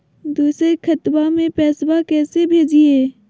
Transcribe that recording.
दोसर खतबा में पैसबा कैसे भेजिए?